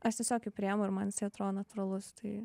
aš tiesiog jį priimu ir man jisai atrodo natūralus tai